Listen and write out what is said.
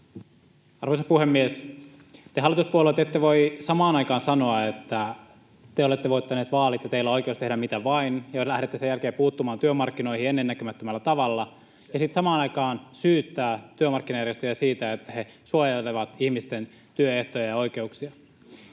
Arvoisa puhemies! Te hallituspuolueet ette voi samaan aikaan sanoa, että te olette voittaneet vaalit ja teillä on oikeus tehdä mitä vain, ja lähdette sen jälkeen puuttumaan työmarkkinoihin ennennäkemättömällä tavalla [Markku Eestilä: Miksei voi?] ja sitten samaan aikaan syyttämään työmarkkinajärjestöjä siitä, että he suojelevat ihmisten työehtoja ja oikeuksia.